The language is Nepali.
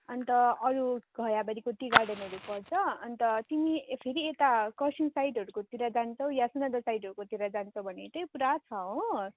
अन्त अरू घैयाबारीको टी गार्डनहरू पर्छ अन्त तिमी फेरि यता खरसाङ साइडहरूकोतिर जान्छौ या सोनादा साइडहरूकोतिर जान्छौँ भने चाहिँ पुरा छ हो